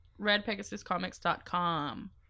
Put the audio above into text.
redpegasuscomics.com